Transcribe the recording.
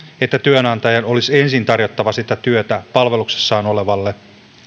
että työnantajan olisi ensin tarjottava sitä työtä palveluksessaan olevalle